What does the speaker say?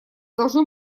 должно